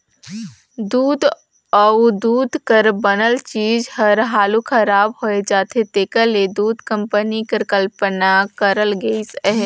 दूद अउ दूद कर बनल चीज हर हालु खराब होए जाथे तेकर ले दूध कंपनी कर कल्पना करल गइस अहे